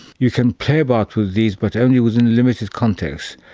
you can play about with these but only within a limited context.